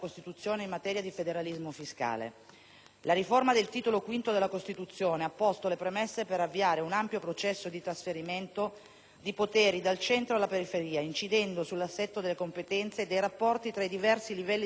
La riforma del Titolo V della Costituzione ha posto le premesse per avviare un ampio processo di trasferimento di poteri dal centro alla periferia, incidendo sull'assetto delle competenze e dei rapporti tra i diversi livelli istituzionali della Repubblica.